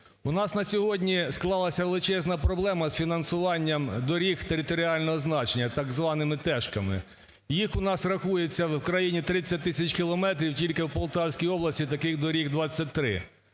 У нас на сьогодні склалася величезна проблема із фінансуванням доріг територіального значення, так званими "тешками". Їх у нас рахується в країні 30 тисяч кілометрів, тільки в Полтавській області таких доріг 23.